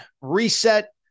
reset